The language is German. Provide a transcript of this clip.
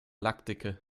lackdicke